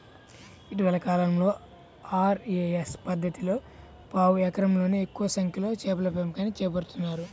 ఇటీవలి కాలంలో ఆర్.ఏ.ఎస్ పద్ధతిలో పావు ఎకరంలోనే ఎక్కువ సంఖ్యలో చేపల పెంపకాన్ని చేపడుతున్నారు